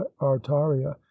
artaria